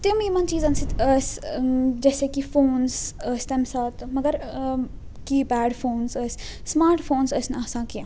تِم یمن چیٖزَن سۭتۍ ٲسۍ جیسے کہِ فونٕز ٲسۍ تَمہِ ساتہٕ مگر ٲں کیٖپیڈ فونٕز ٲسۍ سٕمارٹ فونٕز ٲسۍ نہٕ آسان کیٚنٛہہ